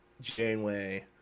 Janeway